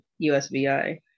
USVI